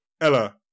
Ella